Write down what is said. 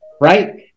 right